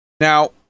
Now